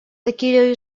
такие